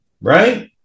Right